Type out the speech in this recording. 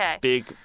big